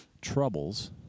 troubles